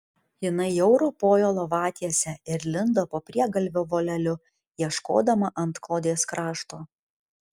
jinai jau ropojo lovatiese ir lindo po priegalvio voleliu ieškodama antklodės krašto